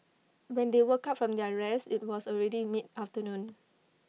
when they woke up from their rest IT was already mid afternoon